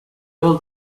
old